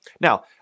now